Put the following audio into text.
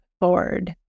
forward